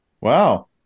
Wow